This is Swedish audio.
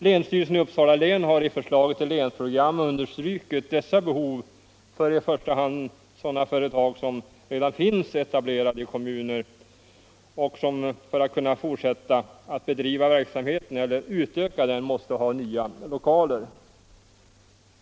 Länsstyrelsen i Uppsala län har i förslaget till länsprogram understrukit detta behov för i första hand sådana företag som redan är etablerade i kommunen i fråga och som för att kunna fortsätta att bedriva verksamheten eller utöka den måste ha nya lokaler.